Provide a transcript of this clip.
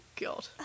God